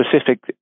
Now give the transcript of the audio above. specific